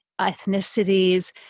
ethnicities